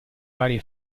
varie